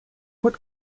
what